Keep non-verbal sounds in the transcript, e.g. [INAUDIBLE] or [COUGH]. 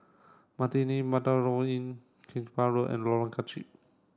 [UNINTELLIGIBLE] Inn Keramat Road and Lorong [UNINTELLIGIBLE]